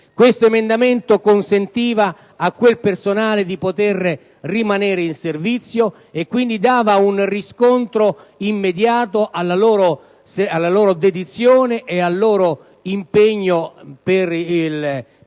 Questo emendamento consentiva a quel personale di poter rimanere in servizio e quindi dava un riscontro immediato alla loro dedizione e al loro impegno per il Paese.